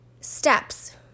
steps